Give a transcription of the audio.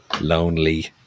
lonely